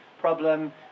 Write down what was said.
problem